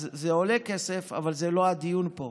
אז זה עולה כסף, אבל זה לא הדיון פה.